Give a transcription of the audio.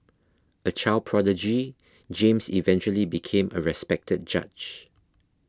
a child prodigy James eventually became a respected judge